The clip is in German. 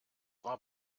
war